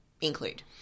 include